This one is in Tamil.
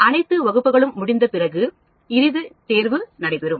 அனைத்து வகுப்புகளும் முடிந்த பிறகு இறுதித் தேர்வு நடைபெறும்